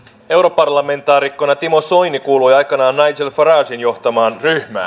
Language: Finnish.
europarlamentaarikkona timo soini kuului aikanaan nigel faragen johtamaan ryhmään